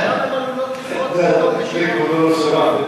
זה כבודו לא שמע.